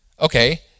okay